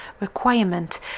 requirement